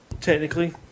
technically